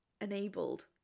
enabled